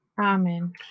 Amen